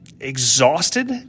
exhausted